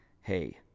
hey